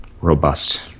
Robust